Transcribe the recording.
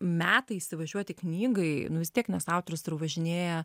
metai įsivažiuoti knygai nu vis tiek nes autorius važinėja